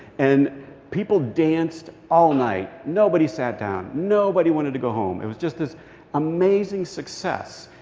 and people danced all night. nobody sat down. nobody wanted to go home. it was just this amazing success.